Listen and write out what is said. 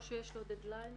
או שיש דד ליין